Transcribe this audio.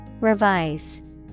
Revise